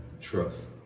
Trust